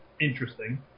interesting